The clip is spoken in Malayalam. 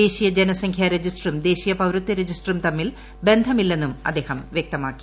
ദേശീയ ജനസംഖ്യാ രജിസ്റ്ററും ദേശീയ പൌരത്വ രജിസ്റ്ററും തമ്മിൽ ബന്ധമില്ലെന്നും അദ്ദേഹം വ്യക്തമാക്കി